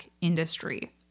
industry